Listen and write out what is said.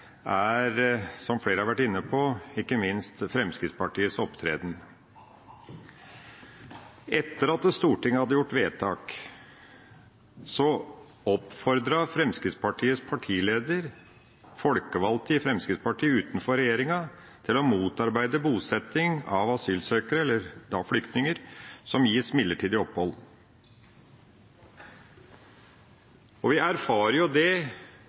er, som flere har vært inne på, ikke minst Fremskrittspartiets opptreden. Etter at Stortinget hadde gjort vedtak, oppfordret Fremskrittspartiets partileder folkevalgte i Fremskrittspartiet utenfor regjeringa til å motarbeide bosetting av asylsøkere og flyktninger som gis midlertidig opphold, og vi erfarer jo det